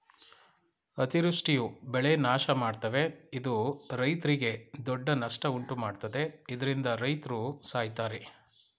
ಅತಿವೃಷ್ಟಿಯು ಬೆಳೆ ನಾಶಮಾಡ್ತವೆ ಇದು ರೈತ್ರಿಗೆ ದೊಡ್ಡ ನಷ್ಟ ಉಂಟುಮಾಡ್ತದೆ ಇದ್ರಿಂದ ರೈತ್ರು ಸಾಯ್ತರೆ